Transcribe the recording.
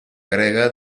grega